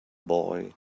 boy